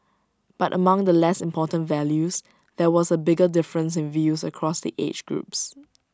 but among the less important values there was A bigger difference in views across the age groups